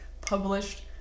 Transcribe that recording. published